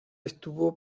estuvo